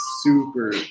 super